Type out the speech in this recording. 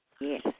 Yes